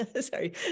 sorry